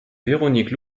véronique